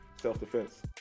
self-defense